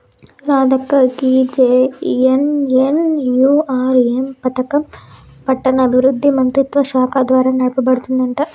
రాధక్క గీ జె.ఎన్.ఎన్.యు.ఆర్.ఎం పథకం పట్టణాభివృద్ధి మంత్రిత్వ శాఖ ద్వారా నడపబడుతుందంట